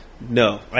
No